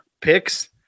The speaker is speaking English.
picks